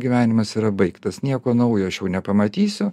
gyvenimas yra baigtas nieko naujo aš jau nepamatysiu